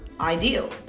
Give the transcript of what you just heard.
ideal